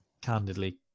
candidly